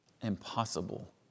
impossible